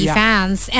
fans